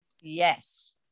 Yes